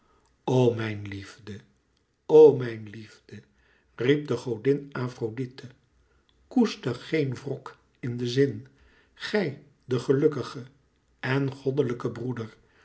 o mijn liefde o mijn liefde riep de godin afrodite koester geen wrok en zin gij de gelukkige en goddelijke broeder